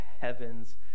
heavens